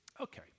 Okay